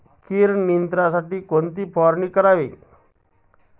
कीड नियंत्रणासाठी कोणती फवारणी करावी?